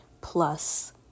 plus